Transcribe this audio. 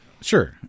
Sure